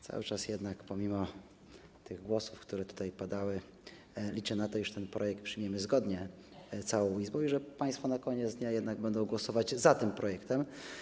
Cały czas pomimo tych głosów, które tutaj padały, liczę na to, że ten projekt przyjmiemy zgodnie całą Izbą i że państwo na koniec dnia jednak będą głosować za tym projektem.